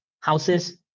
houses